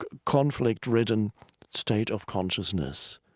conflict-ridden state of consciousness.